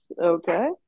okay